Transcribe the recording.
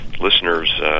listeners